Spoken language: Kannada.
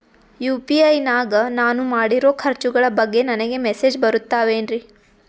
ಯು.ಪಿ.ಐ ನಾಗ ನಾನು ಮಾಡಿರೋ ಖರ್ಚುಗಳ ಬಗ್ಗೆ ನನಗೆ ಮೆಸೇಜ್ ಬರುತ್ತಾವೇನ್ರಿ?